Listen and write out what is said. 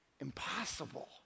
impossible